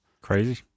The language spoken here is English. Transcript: crazy